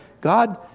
God